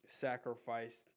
sacrificed